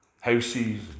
houses